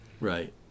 Right